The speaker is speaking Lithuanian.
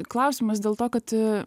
klausimas dėl to kad